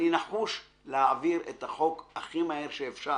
אני נחוש להעביר את החוק הכי מהר שאפשר.